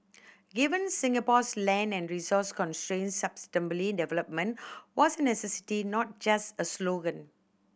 given Singapore's land and resource constraints sustainable development was a necessity not just a slogan